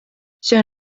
see